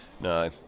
no